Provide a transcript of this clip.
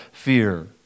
fear